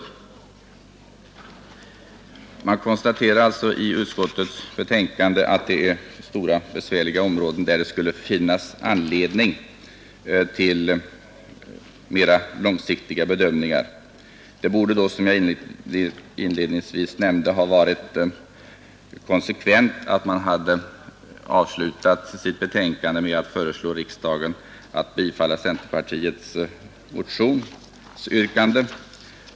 I utskottsbetänkandet konstateras alltså att motionen berör stora och väsentliga områden där det skulle finnas anledning att göra en mer långsiktig bedömning. Det borde då, som jag inledningsvis nämnde, ha varit konsekvent att utskottet avslutat sitt betänkande med att föreslå riksdagen att bifalla centerpartiets motionsyrkande.